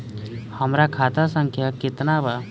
हमरा खाता संख्या केतना बा?